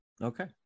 Okay